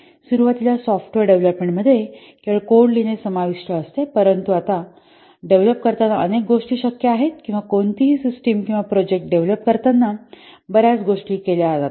सुरुवातीला सॉफ्टवेअर डेव्हलपमेंटमध्ये केवळ कोड लिहिणे समाविष्ट असते परंतु आता डेव्हलप करताना अनेक गोष्टी शक्य आहेत किंवा कोणतीही सिस्टिम किंवा प्रोजेक्ट डेव्हलप करताना बर्याच गोष्टी केल्या जातात